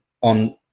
on